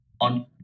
on